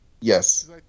Yes